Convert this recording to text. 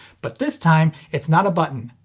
but this time it's not a button.